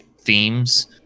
themes